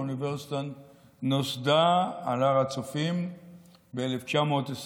האוניברסיטה נוסדה על הר הצופים ב-1925,